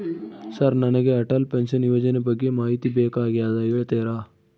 Sir ನನಗೆ Atal pension ಯೋಜನೆ ಬಗ್ಗೆ ಮಾಹಿತಿ ಬೇಕಾಗ್ಯದ ಹೇಳ್ತೇರಾ?